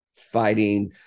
fighting